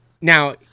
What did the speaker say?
Now